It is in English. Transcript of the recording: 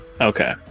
Okay